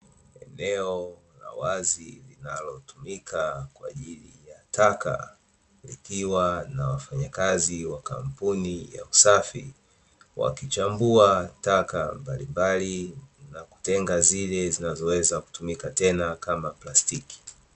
Eneo la wazi linalotumika kwajili ya taka likiwa na wafanyakazi wa kampuni ya usafi, wakichambua taka mbalimbali na kutenga zile zinazoweza kutumika tena kama plastiki.